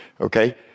okay